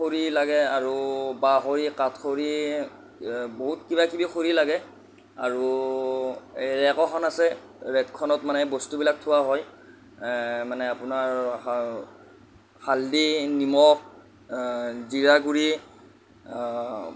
খৰি লাগে আৰু বাঁহ খৰি কাঠ খৰি বহুত কিবাকিবি খৰি লাগে আৰু ৰেকখন আছে ৰেকখনত মানে বস্তুবিলাক থোৱা হয় মানে আপোনাৰ হালধি নিমখ জিৰা গুড়ি